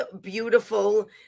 beautiful